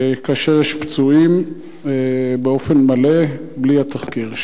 כאשר יש פצועים, באופן מלא, בלי התחקיר?